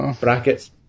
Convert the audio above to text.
Brackets